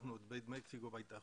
פתחנו את בית מקסיקו בהתאחדות,